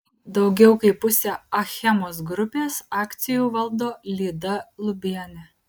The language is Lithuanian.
daugiau kaip pusę achemos grupės akcijų valdo lyda lubienė